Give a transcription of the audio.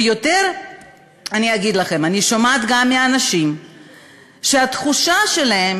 ויותר אני אגיד לכם: אני שומעת גם מאנשים שהתחושה שלהם